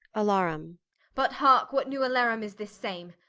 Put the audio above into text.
alarum but hearke, what new alarum is this same?